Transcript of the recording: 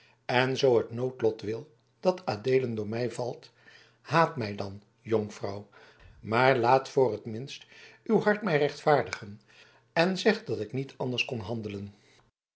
en zoo het noodlot wil dat adeelen door mij valt haat mij dan jonkvrouw maar laat voor t minst uw hart mij rechtvaardigen en zeg dat ik niet anders kon handelen